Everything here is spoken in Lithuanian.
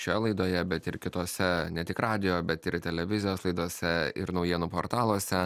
šioje laidoje bet ir kitose ne tik radijo bet ir televizijos laidose ir naujienų portaluose